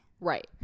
Right